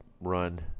run